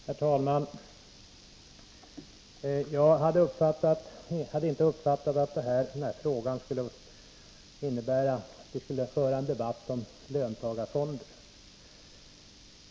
Herr talman! Jag hade inte uppfattat att den här frågan skulle syfta till att vi skulle föra en debatt om löntagarfonder.